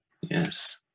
yes